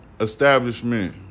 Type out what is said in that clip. establishment